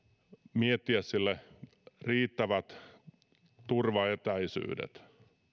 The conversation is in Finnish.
miettiä sille riittävät turvaetäisyydet